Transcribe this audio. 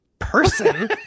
Person